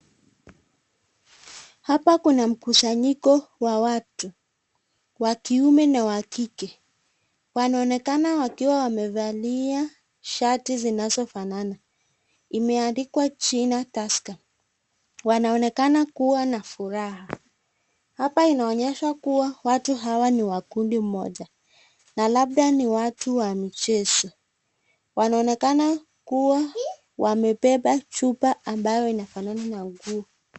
Hapa kuna mkusanyiko wa watu, wa kiume na wa kike .Wanaonekana wakiwa wamevalia shati zinazofanana, imeandikwa jina 'Tusker'.Wanaonekana kuwa na furaha. Hapa inaonyesha kuwa watu hawa ni wa kundi moja na labda ni watu wa michezo. Wanaonekana kuwa wamebeba chupa ambayo inafanana na nguo.